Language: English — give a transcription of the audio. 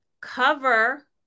cover